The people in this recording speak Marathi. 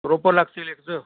रोपं लागतील एकतर